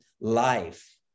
life